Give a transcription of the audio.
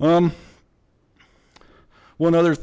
um one other